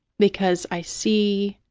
because i see